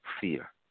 fear